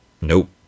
Nope